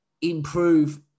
improve